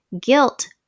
Guilt